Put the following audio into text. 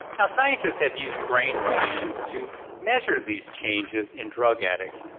now scientists have used brain scans to measure these changes in drug addicts.